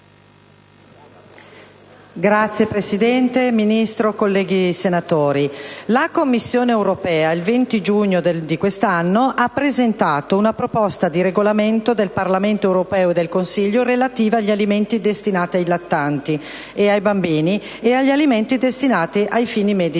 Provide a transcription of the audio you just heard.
Signor Presidente, Ministro, colleghi senatori, la Commissione europea, il 20 giugno di quest'anno, ha presentato una proposta di regolamento del Parlamento europeo e del Consiglio relativa agli alimenti destinati ai lattanti e ai bambini e agli alimenti destinati ai fini medici